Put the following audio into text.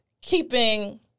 keeping